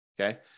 Okay